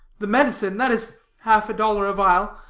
the medicine that is half a dollar a vial.